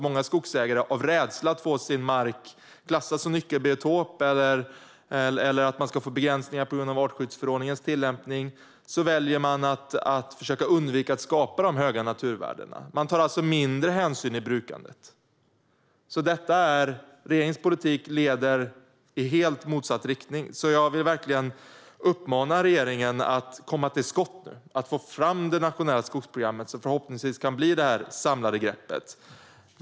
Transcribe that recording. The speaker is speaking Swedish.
Många skogsägare väljer, av rädsla för att få sin mark klassad som nyckelbiotop eller för att få begränsningar på grund av artskyddsförordningens tillämpning, att undvika att skapa höga naturvärden. Man tar alltså mindre hänsyn i brukandet. Regeringens politik leder i helt motsatt riktning. Jag vill verkligen uppmana regeringen att komma till skott för att få fram det nationella skogsprogrammet som förhoppningsvis kan bli det samlade greppet.